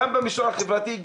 גם במישור החברתי,